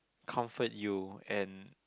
comfort you and